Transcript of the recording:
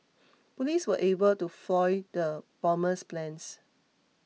police were able to foil the bomber's plans